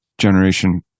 generation